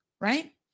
right